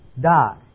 die